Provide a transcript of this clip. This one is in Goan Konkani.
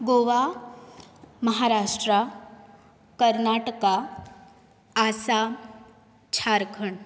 गोवा महाराष्ट्रा कर्नाटका आसाम झारखंड